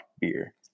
beer